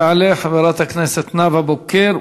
תעלה חברת הכנסת נאוה בוקר,